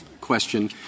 question